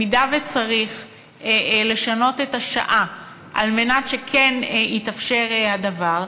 במידה שצריך לשנות את השעה על מנת שכן יתאפשר הדבר,